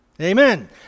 Amen